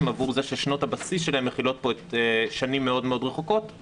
עבור זה ששנות הבסיס שלהן מכילות פה שנים מאוד רחוקות.